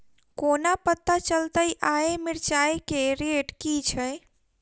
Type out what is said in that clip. कोना पत्ता चलतै आय मिर्चाय केँ रेट की छै?